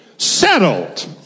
Settled